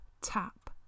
tap